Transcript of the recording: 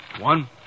One